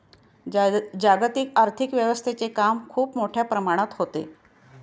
जागतिक आर्थिक व्यवस्थेचे काम खूप मोठ्या प्रमाणात होते